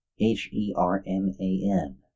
H-E-R-M-A-N